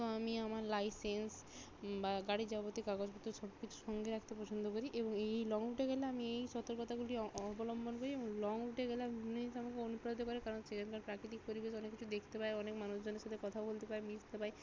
তো আমি আমার লাইসেন্স বা গাড়ির যাবতীয় কাগজপত্র সব কিছু সঙ্গে রাখতে পছন্দ করি এবং এই লং রুটে গেলে আমি এই সতর্কতাগুলি অবলম্বন করি এবং লং রুটে গেলে আপনি আমাকে অনুপ্রাণিত করে কারণ সেখানকার প্রাকৃতিক পরিবেশ অনেক কিছু দেখতে পাই অনেক মানুষজনের সাথে কথা বলতে পাই মিশতে পাই